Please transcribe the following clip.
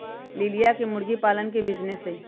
लिलिया के मुर्गी पालन के बिजीनेस हई